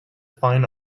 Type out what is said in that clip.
fine